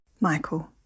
Michael